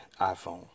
iPhone